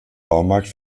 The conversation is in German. baumarkt